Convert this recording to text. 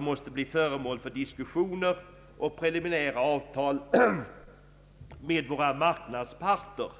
måste bli föremål för diskussioner och preliminära avtal med våra marknadsparter.